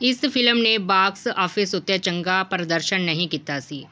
ਇਸ ਫਿਲਮ ਨੇ box office ਉੱਤੇ ਚੰਗਾ ਪ੍ਰਦਰਸ਼ਨ ਨਹੀਂ ਕੀਤਾ ਸੀ